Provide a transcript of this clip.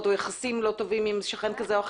או יחסים לא טובים עם שכן כזה או אחר-